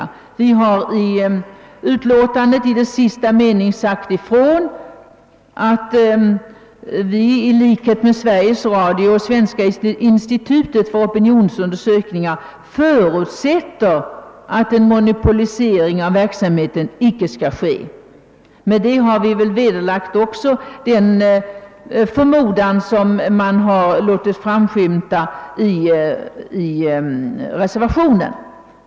Vi har i utskottsutlåtandets sista mening sagt ifrån att vi — i likhet med Sveriges Radio och Svenska institutet för opinionsundersökningar — förutsätter att en monopolisering av verksamheten inte skall ske. Därigenom har vi väl också vederlagt den förmodan som framskymtat i reservationen.